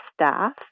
staff